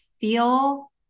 feel